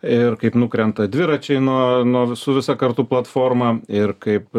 ir kaip nukrenta dviračiai nuo nuo visų visa kartu platforma ir kaip